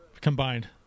combined